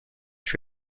its